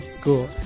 Cool